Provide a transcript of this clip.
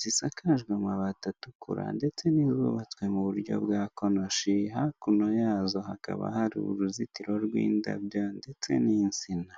zisakajwe amabati atukura ndetse n'izubabatswe mu buryo bwa konoshi, hakuno yazo hakaba hari uruzitiro rw'indabyo ndetse n'insina.